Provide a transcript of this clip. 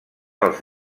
pels